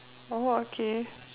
oh okay